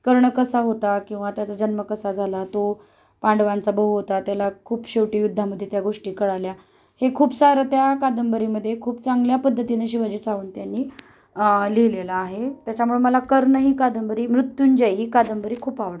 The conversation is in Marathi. कर्ण कसा होता किंवा त्याचा जन्म कसा झाला तो पांडवांचा भाऊ होता त्याला खूप शेवटी युद्धामध्ये त्या गोष्टी कळल्या हे खूप सारं त्या कादंबरीमध्ये खूप चांगल्या पद्धतीने शिवाजी सावंत त्यांनी लिहिलेलं आहे त्याच्यामुळे मला कर्ण ही कादंबरी मृत्युंजय ही कादंबरी खूप आवडते